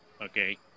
Okay